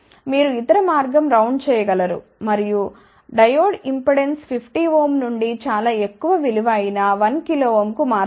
మీరు ఇతర మార్గం రౌండ్ చేయగలరు మనం డయోడ్ ఇంపిడెన్స్ 50Ω నుండి చాలా ఎక్కువ విలువ అయిన 1 kΩ కు మార్చవచ్చు